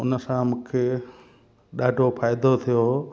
इन सां मूंखे ॾाढो फ़ाइदो थियो